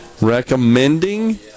recommending